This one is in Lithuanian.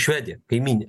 švedija kaimynė